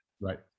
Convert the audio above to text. Right